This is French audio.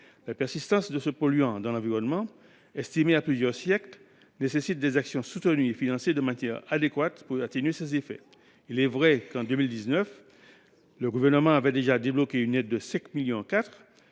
La persistance de ce polluant dans l’environnement, estimée à plusieurs siècles, nécessite des actions soutenues et financées de manière adéquate pour atténuer ces effets. Il est vrai que, en 2019, le gouvernement de l’époque avait débloqué une aide de 5,4 millions